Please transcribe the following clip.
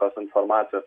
tos informacijos